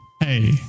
Hey